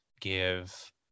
give